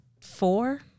four